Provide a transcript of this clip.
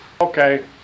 Okay